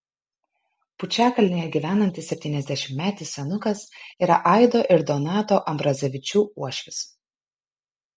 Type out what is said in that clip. pučiakalnėje gyvenantis septyniasdešimtmetis senukas yra aido ir donato ambrazevičių uošvis